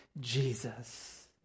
Jesus